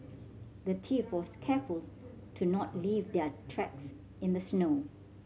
the thief was careful to not leave their tracks in the snow